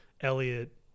Elliot